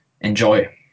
enjoy